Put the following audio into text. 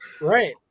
right